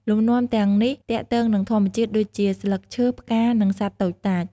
លំនាំទាំងនេះទាក់ទងនឹងធម្មជាតិដូចជា ស្លឹកឈើ, ផ្កា, និងសត្វតូចតាច។